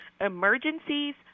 Emergencies